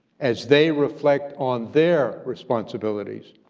as they reflect on their responsibilities,